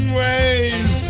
ways